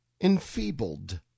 enfeebled